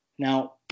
Now